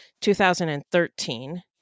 2013